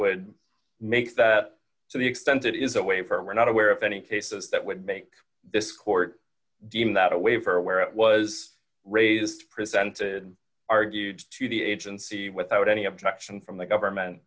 would make that to the extent that it is a way for we're not aware of any cases that would make this court given that a waiver where it was raised presented argued to the agency without any objection from the government